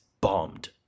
bombed